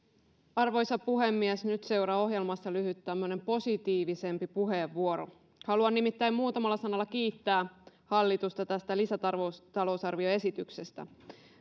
arvoisa puhemies nyt seuraa ohjelmassa tämmöinen lyhyt positiivisempi puheenvuoro haluan nimittäin muutamalla sanalla kiittää hallitusta tästä lisätalousarvioesityksestä